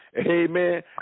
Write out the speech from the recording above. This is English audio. amen